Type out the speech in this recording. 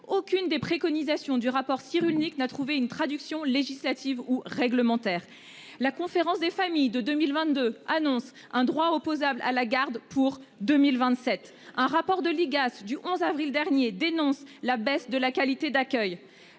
Aucune des préconisations du rapport Cyrulnik n'a trouvé une traduction législative ou réglementaire. La conférence des familles de 2022 annoncent un droit opposable à la garde pour 2027, un rapport de l'IGAS du 11 avril dernier dénonce la baisse de la qualité d'accueil